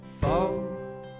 fall